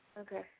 Okay